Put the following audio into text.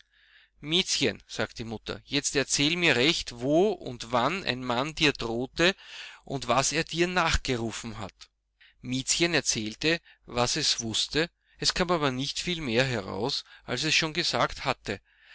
miezchen sagte die mutter jetzt erzähl mir recht wo und wann ein mann dir drohte und was er dir nachgerufen hat miezchen erzählte was es wußte es kam aber nicht viel mehr heraus als es schon gesagt hatte